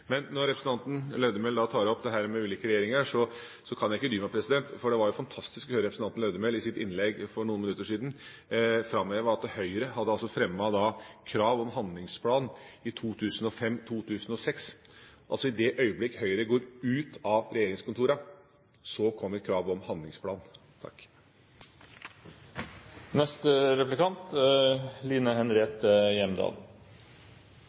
Men når representanten Lødemel tar opp dette med ulike regjeringer, kan jeg ikke dy meg, for det var fantastisk å høre representanten Lødemel i sitt innlegg for noen minutter siden framheve at Høyre hadde fremmet krav om en handlingsplan i 2005–2006. I det øyeblikk Høyre går ut av regjeringskontorene, kommer altså kravet om en handlingsplan.